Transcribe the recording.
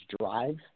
drive